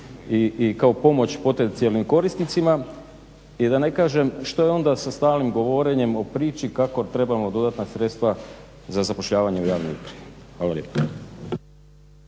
i kao pomoć potencijalnim korisnicima. I da ne kažem što je onda sa stalnim govorenjem o priči kako trebamo dodatna sredstva za zapošljavanje u javnoj upravi. Hvala lijepa.